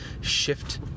shift